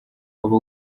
waba